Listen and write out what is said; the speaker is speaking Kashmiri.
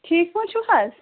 ٹھیٖک پٲٹھۍ چھُو حظ